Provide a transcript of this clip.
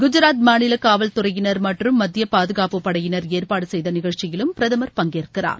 குஜராத் மாநில காவல் துறையினர் மற்றும் மத்திய பாதுகாப்புப் படையினர் ஏற்பாடு செய்த நிகழ்ச்சியிலும் பிரதமர் பங்கேற்கிறார்